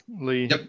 Lee